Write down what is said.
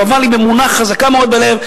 אבל עם אמונה חזקה מאוד בלב,